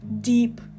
deep